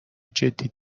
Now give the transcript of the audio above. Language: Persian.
جدی